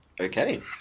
Okay